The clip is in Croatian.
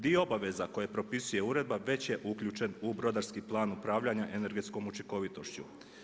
Dio obaveza koje propisuje uredba već je uključen u brodarski plan upravljanja energetskom učinkovitošću.